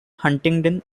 huntingdon